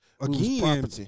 again